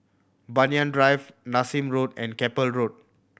Banyan Drive Nassim Road and Keppel Road